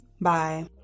Bye